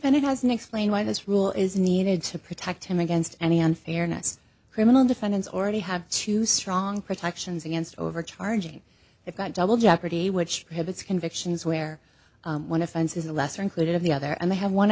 and it hasn't explained why this rule is needed to protect him against any unfairness criminal defendants already have two strong protections against overcharging it got double jeopardy which had its convictions where one offense is a lesser included of the other and they have one